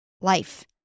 life